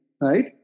Right